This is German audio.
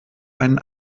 einen